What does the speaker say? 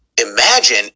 imagine